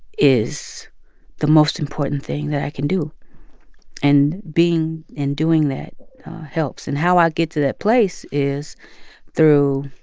is the most important thing that i can do and being and doing that helps. and how i get to that place is through